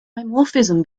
dimorphism